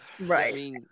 Right